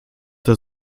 der